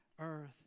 earth